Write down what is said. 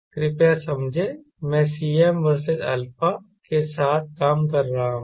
कृपया समझें मैं Cm वर्सेस α के साथ काम कर रहा हूं